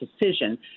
decision